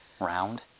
Round